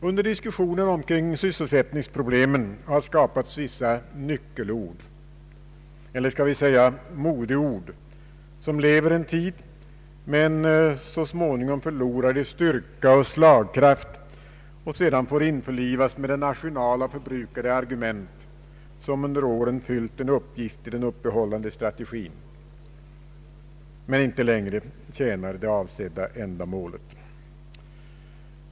Under diskussionen omkring sysselsättningsproblemen har skapats vissa nyckelord, eller skall vi säga modeord, som lever en tid men så småningom förlorar i styrka och slagkraft och sedan får införlivas med den arsenal av förbrukade argument som under åren fyllt en uppgift i den uppehållande strategin, men inte längre tjänar det avsedda ändamålet.